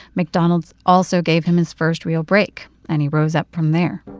mcdonald's also gave him his first real break, and he rose up from there.